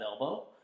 elbow